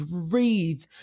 breathe